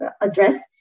address